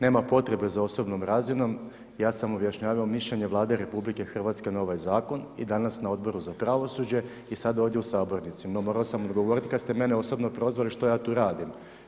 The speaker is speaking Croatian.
Nema potrebe za osobnom razinom, ja sam objašnjavao mišljenje Vlade RH na ovaj zakon i danas na Odboru za pravosuđe i sad ovdje u sabornici, no morao sam odgovoriti kad ste mene osobno prozvati što ja tu radim.